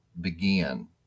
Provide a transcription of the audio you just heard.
begin